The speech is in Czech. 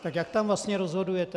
Tak jak vlastně rozhodujete?